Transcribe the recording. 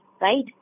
right